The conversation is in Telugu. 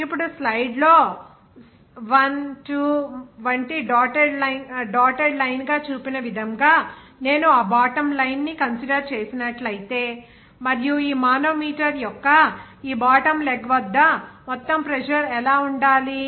ఇప్పుడు స్లైడ్లో 1 2 వంటి డాటెడ్ లైన్ గా చూపిన విధంగా నేను ఆ బాటమ్ లైన్ను కన్సిడర్ చేసినట్లైతే మరియు ఈ మానోమీటర్ యొక్క ఈ బాటమ్ లెగ్ వద్ద మొత్తం ప్రెజర్ ఎలా ఉండాలి